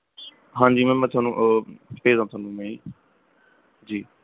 ਹਾਂਜੀ ਮੈਮ ਮੈਂ ਤੁਹਾਨੂੰ ਭੇਜਦਾ ਤੁਹਾਨੂੰ ਮੈਂ ਜੀ ਜੀ